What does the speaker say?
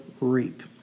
reap